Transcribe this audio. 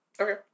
okay